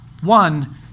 One